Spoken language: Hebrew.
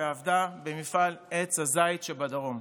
ועבדה במפעל "עץ הזית" שבדרום.